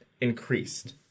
increased